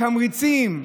תמריצים,